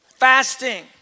Fasting